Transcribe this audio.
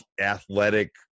athletic